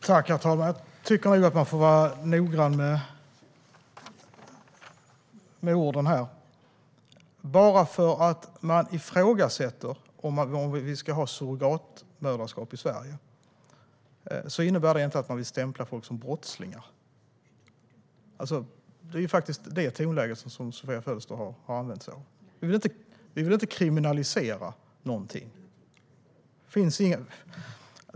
Herr talman! Jag tycker nog att man får vara noggrann med orden här. Bara för att man ifrågasätter om vi ska ha surrogatmoderskap i Sverige innebär inte det att man vill stämpla folk som brottslingar. Det är faktiskt detta tonläge som Sofia Fölster har använt sig av. Vi vill inte kriminalisera något.